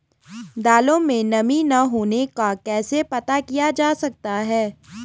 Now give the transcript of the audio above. दालों में नमी न होने का कैसे पता किया जा सकता है?